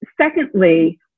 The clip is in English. secondly